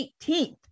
18th